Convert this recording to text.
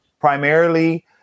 Primarily